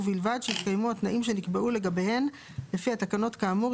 ובלבד שהתקיימו התנאים שנקבעו לגביהן לפי התקנות כאמור,